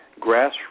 grassroots